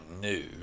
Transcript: new